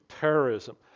terrorism